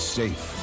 safe